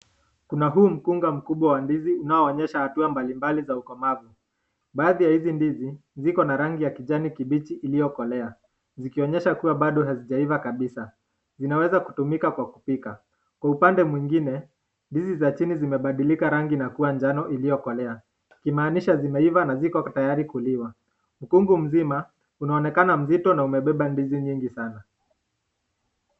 Kuna hii mkunga mkubwa wa ndizi ambayo huonyesha hatua mbalimbali ya ukomavu, baadhi ya hii ndizi ziko na rangi ya kijani kibichi iliyokolea zikionyesha kuwa Bado hazijaiva kabisa zinaweza kutumika Kwa kupika, Kwa upande nyingine ndizi zimebadilika kuwa njano ziliokolea kumaanidha zimeiva na ziko tayari kuliwa, mkungu mzima unaonekana kuwa mzito na imebeba ndizi mingi sana